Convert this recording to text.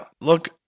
Look